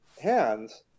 hands